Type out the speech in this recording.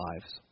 lives